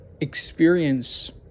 experience